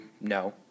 no